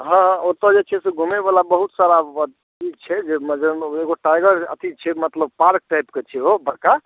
हाँ ओतऽ जे छै से घुमै बला बहुत सारा अथी छै जाहिमे एगो टाइगर अथी छै मतलब पार्क टाइप कऽ छै ओ बड़का